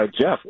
Jeff